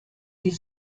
sie